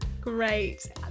Great